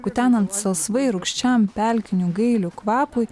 kutenant salsvai rūgščiam pelkinių gailių kvapui